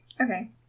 Okay